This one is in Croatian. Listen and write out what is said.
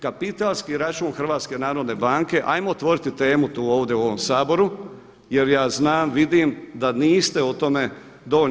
Kapitalski račun HNB-a ajmo otvoriti temu tu ovdje u ovom Saboru jer ja znam, vidim da niste o tome dovoljno